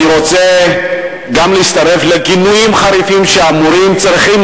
אני רוצה גם להצטרף לגינויים חריפים שאמורים להיות